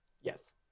Yes